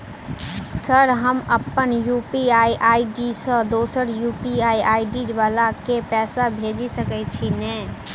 Sir हम अप्पन UPI ID सँ दोसर यु.पी.आई आई.डी वला केँ पैसा भेजि सकै छी नै?